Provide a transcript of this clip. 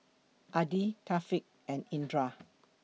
Adi Thaqif and Indra